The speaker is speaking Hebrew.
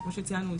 כמו שציינו,